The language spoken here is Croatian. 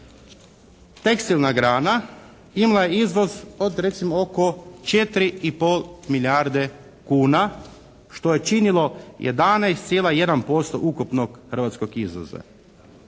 tekstilna grana ima izvoz od recimo oko 4 i pol milijarde kuna što je činilo 11,1% ukupnog hrvatskog izvoza.